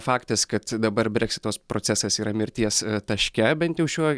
faktas kad dabar breksito s procesas yra mirties taške bent jau šiuo